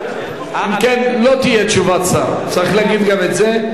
אם כן, לא תהיה תשובת שר, צריך להגיד גם את זה.